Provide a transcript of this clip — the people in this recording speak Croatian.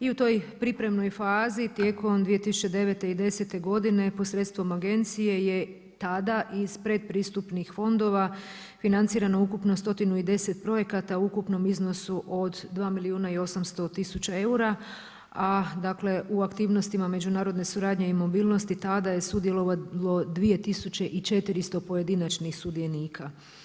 I u toj pripremnoj fazi tijekom 2009. i 2010. godine posredstvom agencije je tada ispred pristupnih fondova financirano ukupno 110 projekata u ukupnom iznosu od 2 milijuna i 800 tisuća eura a dakle u aktivnostima međunarodne suradnje i mobilnosti tada je sudjelovalo 2400 pojedinačnih sudionika.